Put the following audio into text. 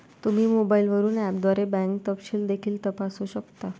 तुम्ही मोबाईलवरून ऍपद्वारे बँक तपशील देखील तपासू शकता